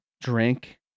drink